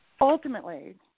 ultimately